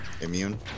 Immune